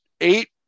eight